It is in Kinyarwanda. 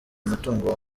umutungo